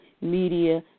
media